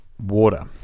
water